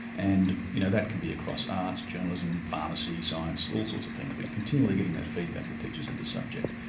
and you know that can be across arts, journalism, pharmacy, science, all sorts of things. we're continually getting that feedback, the teachers of the subject.